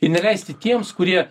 ir neleisti tiems kurie